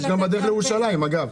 יש בירושלים, אגב.